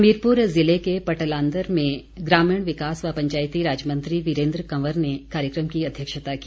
हमीरपुर जिले के पटलांदर में ग्रामीण विकास व पंचायती राज मंत्री वीरेन्द्र कंवर ने कार्यक्रम की अध्यक्षता की